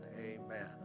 amen